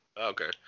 Okay